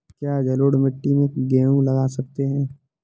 क्या जलोढ़ मिट्टी में गेहूँ लगा सकते हैं?